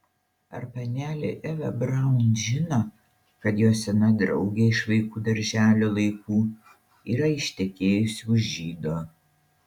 ar panelė eva braun žino kad jos sena draugė iš vaikų darželio laikų yra ištekėjusi už žydo